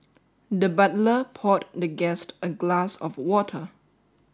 the butler poured the guest a glass of water